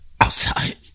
Outside